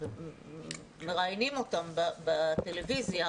מראיינים אותם בטלוויזיה,